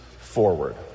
forward